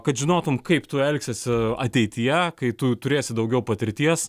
kad žinotum kaip tu elgsiesi ateityje kai tu turėsi daugiau patirties